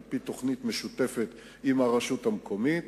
על-פי תוכנית משותפת עם הרשות המקומית,